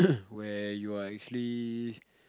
where you are actually